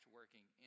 working